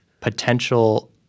potential